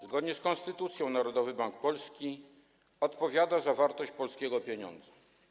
Zgodnie z konstytucją Narodowy Bank Polski odpowiada za wartość polskiego pieniądza.